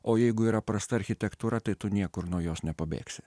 o jeigu yra prasta architektūra tai tu niekur nuo jos nepabėgsi